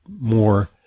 more